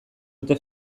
dute